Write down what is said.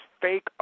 fake